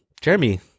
Jeremy